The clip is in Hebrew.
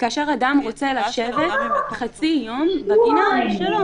כאשר אדם רוצה לשבת חצי יום בגינה שלו,